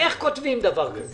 איך כותבים את זה?